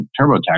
TurboTax